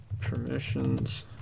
permissions